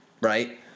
right